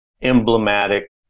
emblematic